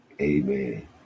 Amen